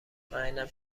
مطمئنم